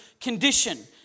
condition